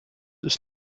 ist